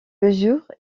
mesure